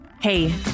hey